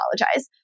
apologize